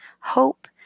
hope